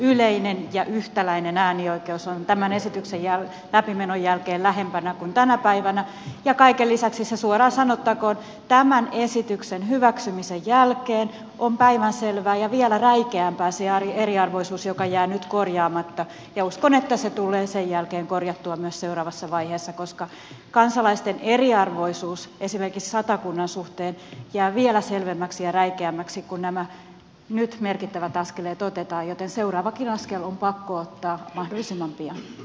yleinen ja yhtäläinen äänioikeus on tämän esityksen läpimenon jälkeen lähempänä kuin tänä päivänä ja kaiken lisäksi se suoraan sanottakoon tämän esityksen hyväksymisen jälkeen on päivänselvää ja vielä räikeämpää se eriarvoisuus joka jää nyt korjaamatta ja uskon että se tulee sen jälkeen korjattua seuraavassa vaiheessa koska kansalaisten eriarvoisuus esimerkiksi satakunnan suhteen jää vielä selvemmäksi ja räikeämmäksi kun nämä nyt merkittävät askeleet otetaan joten seuraavakin askel on pakko ottaa mahdollisimman pian